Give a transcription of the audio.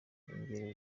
irengero